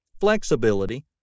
flexibility